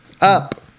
up